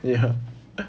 ya